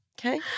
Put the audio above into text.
Okay